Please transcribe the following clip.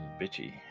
bitchy